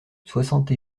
soixante